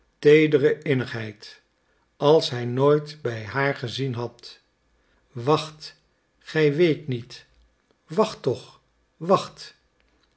teedere innigheid als hij nooit bij haar gezien had wacht gij weet niet wacht toch wacht